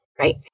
right